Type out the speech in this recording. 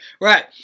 right